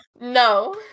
no